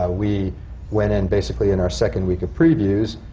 ah we went in, basically in our second week of previews,